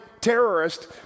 terrorist